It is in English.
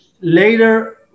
later